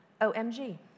OMG